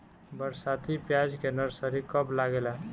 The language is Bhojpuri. बरसाती प्याज के नर्सरी कब लागेला?